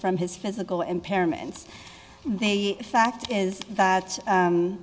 from his physical impairments the fact is that